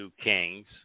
kings